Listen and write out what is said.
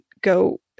go